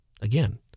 Again